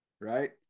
right